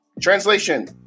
Translation